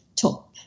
top